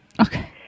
Okay